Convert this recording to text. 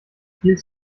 viel